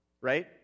Right